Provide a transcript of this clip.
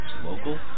local